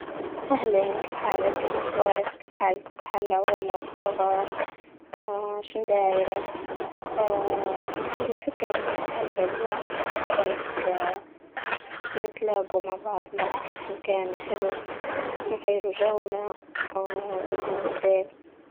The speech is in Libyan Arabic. أهلين كيف حالك? شو اخبارك? كيف حالك? كيف حالك? صغار? اه شنو دايرة? اه عندي فكرة مريحة هلبة اليوم اللي هي شرايك اه نتلاقوا مع بعضنا كيف كان حلو نغيروا جونا اه ونديروا غدا.